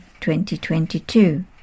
2022